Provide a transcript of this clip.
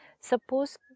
Suppose